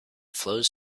flows